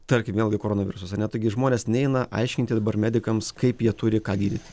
tarkim vėlgi koronavirusas ar ne taigi žmonės neina aiškinti dabar medikams kaip jie turi ką gydyti